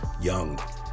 young